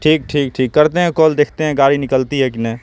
ٹھیک ٹھیک ٹھیک کرتے ہیں کال دیکھتے ہیں گاڑی نکلتی ہے کہ نہیں